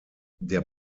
der